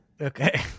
Okay